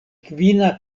kvina